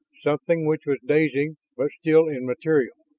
something which was dazing but still immaterial.